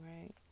right